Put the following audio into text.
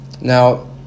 Now